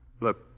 Look